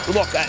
Look